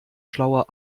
schlauer